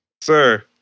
Sir